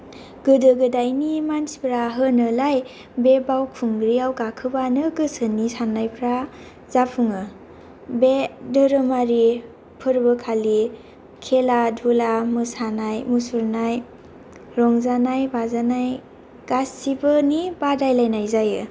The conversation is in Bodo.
गोदो गोदाइनि मानसिफोरा होनो लाय बे बावखुंग्रियाव गाखोबानो गोसोनि सान्नायफ्रा जाफुङो बे दोरोमारिफोरबो खालि खेला दुला मोसानाय मुसुरनाय रंजानाय बाजानाय गासिबोनि बादायलायनाय जायो